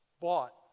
bought